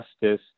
justice